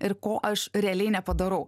ir ko aš realiai nepadarau